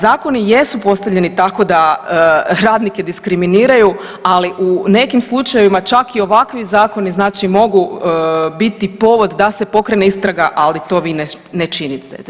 Zakoni jesu postavljeni tako da radnike diskriminiraju, ali u nekim slučajevima, čak i ovakvi zakoni znači mogu biti povod da se pokrene istraga, ali to vi ne činite.